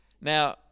Now